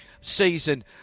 season